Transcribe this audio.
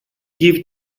give